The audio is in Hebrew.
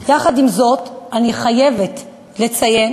יחד עם זאת, אני חייבת לציין